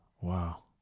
wow